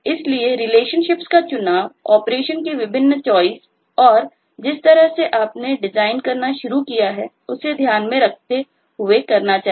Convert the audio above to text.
इसलिए रिलेशनशिप्स का चुनाव ऑपरेशंस की विभिन्न चॉइस और जिस तरह से आपने डिजाइन करना शुरू किया है उसे ध्यान में रखते हुए करना चाहिए